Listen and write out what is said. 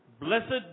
Blessed